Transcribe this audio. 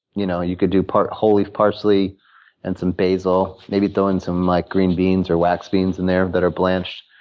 you know you could do part whole-leaf parsley and some basil, and maybe throw in some like green beans or wax beans in there, that are blanched.